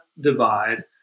divide